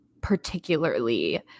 particularly